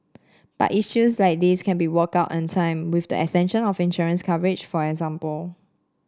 but issues like these can be worked out in time with the extension of insurance coverage for example